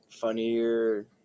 funnier